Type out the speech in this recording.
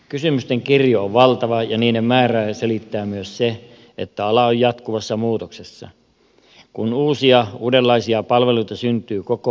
kysymysten kirjo on valtava ja niiden määrää selittää myös se että ala on jatkuvassa muutoksessa kun uusia ja uudenlaisia palveluita syntyy koko ajan